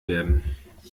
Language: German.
werden